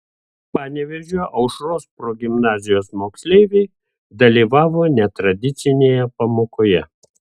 panevėžio aušros progimnazijos moksleiviai dalyvavo netradicinėje pamokoje